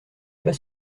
pas